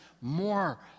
more